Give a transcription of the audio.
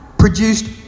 produced